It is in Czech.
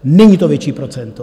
Není to větší procento.